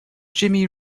jimmy